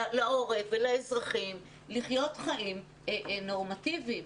לעורף ולאזרחים, לחיות חיים נורמטיביים.